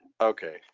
Okay